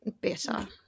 better